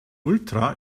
ultra